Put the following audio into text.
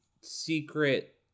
secret